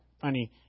funny